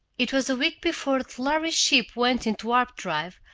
it was a week before the lhari ship went into warp-drive,